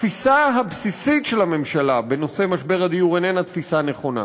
התפיסה הבסיסית של הממשלה בנושא משבר הדיור איננה תפיסה נכונה.